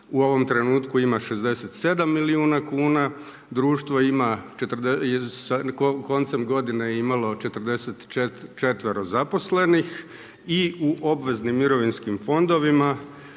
u ovom trenutku ima 67 milijuna kuna, društvo koncem godine je imalo 44 zaposlenih u obveznim mirovinskim fondovima